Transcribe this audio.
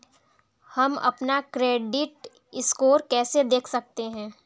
हम अपना credit score कैसे देख सकते हैं?